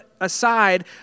aside